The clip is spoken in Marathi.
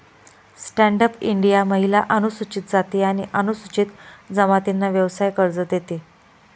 स्टँड अप इंडिया महिला, अनुसूचित जाती आणि अनुसूचित जमातींना व्यवसाय कर्ज देते